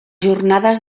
jornades